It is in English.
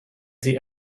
the